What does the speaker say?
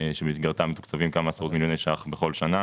במסגרתה מתוקצבים כמה עשרות מיליוני שקלים בכל שנה